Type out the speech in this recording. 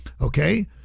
Okay